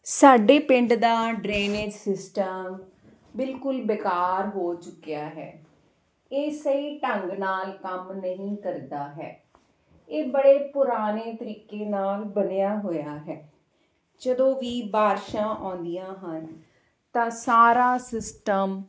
ਸਾਡੇ ਪਿੰਡ ਦਾ ਡਰੇਨੇਜ ਸਿਸਟਮ ਬਿਲਕੁਲ ਬੇਕਾਰ ਹੋ ਚੁੱਕਿਆ ਹੈ ਇਹ ਸਹੀ ਢੰਗ ਨਾਲ ਕੰਮ ਨਹੀਂ ਕਰਦਾ ਹੈ ਇਹ ਬੜੇ ਪੁਰਾਣੇ ਤਰੀਕੇ ਨਾਲ ਬਣਿਆ ਹੋਇਆ ਹੈ ਜਦੋਂ ਵੀ ਬਾਰਿਸ਼ਾਂ ਆਉਂਦੀਆਂ ਹਨ ਤਾਂ ਸਾਰਾ ਸਿਸਟਮ